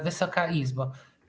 Wysoka Izbo!